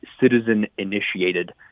citizen-initiated